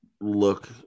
look